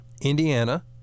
Indiana